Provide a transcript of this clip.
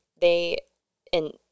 They—and